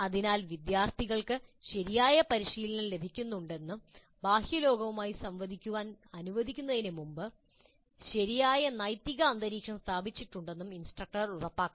അതിനാൽ വിദ്യാർത്ഥികൾക്ക് ശരിയായ പരിശീലനം ലഭിക്കുന്നുണ്ടെന്നും ബാഹ്യ ലോകവുമായി സംവദിക്കാൻ അനുവദിക്കുന്നതിനുമുമ്പ് ശരിയായ നൈതിക അന്തരീക്ഷം സ്ഥാപിച്ചിട്ടുണ്ടെന്നും ഇൻസ്ട്രക്ടർ ഉറപ്പാക്കണം